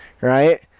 right